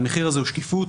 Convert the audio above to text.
והמחיר הזה הוא שקיפות,